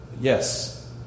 Yes